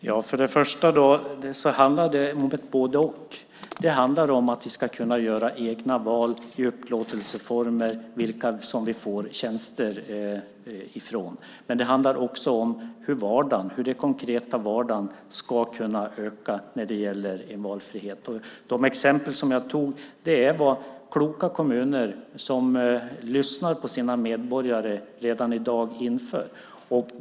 Fru talman! Först och främst handlar det om flera saker. Det handlar om att vi ska kunna göra egna val när det gäller upplåtelseformer, alltså vilka som vi får tjänster från. Men det handlar också om hur den konkreta vardagen ska kunna förbättras när det gäller valfrihet. De exempel som jag gav är vad kloka kommuner som lyssnar på sina medborgare redan i dag infört.